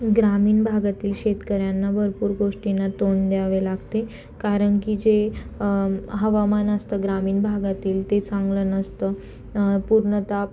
ग्रामीण भागातील शेतकऱ्यांना भरपूर गोष्टींना तोंड द्यावे लागते कारण की जे हवामान असतं ग्रामीण भागातील ते चांगलं नसतं पूर्णत